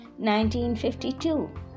1952